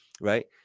Right